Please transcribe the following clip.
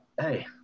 hey